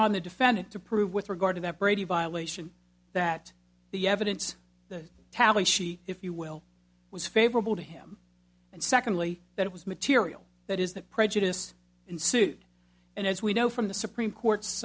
on the defendant to prove with regard to that brady violation that the evidence the tally sheet if you will was favorable to him and secondly that it was material that is that prejudice ensued and as we know from the supreme court's